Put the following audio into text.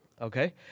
Okay